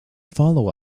follow